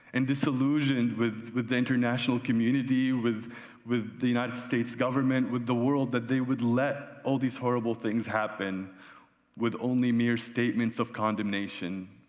and, disillusioned with with international community, with with the united states government, with the world that they would let all these horrible things happen with only mere statements of condemnation.